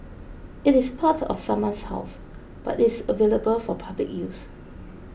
it is part of someone's house but is available for public use